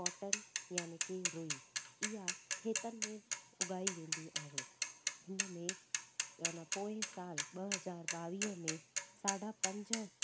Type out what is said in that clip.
cotton यानी की रुई इहा खेतनि में उगाई वेंदी आहे हिन में यानी पोइ सालु ॿ हज़ार ॿावीह में साढा पंज